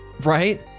right